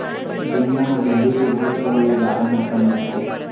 दुनिया म भेड़ी के दू सौ ले जादा नसल मिलथे